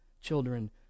children